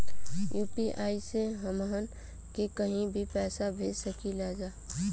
UPI से हमहन के कहीं भी पैसा भेज सकीला जा?